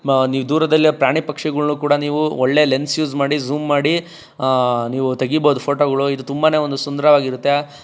ನೀವು ದೂರದಲ್ಲಿ ಪ್ರಾಣಿ ಪಕ್ಷಿಗಳನ್ನು ಕೂಡ ನೀವು ಒಳ್ಳೆ ಲೆನ್ಸ್ ಯೂಸ್ ಮಾಡಿ ಜೂಮ್ ಮಾಡಿ ನೀವು ತೆಗಿಬೋದು ಫೋಟೋಗಳು ಇದು ತುಂಬನೇ ಒಂದು ಸುಂದರವಾಗಿರುತ್ತೆ